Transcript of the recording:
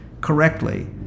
correctly